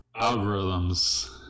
algorithms